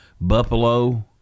Buffalo